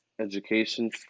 education